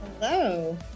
Hello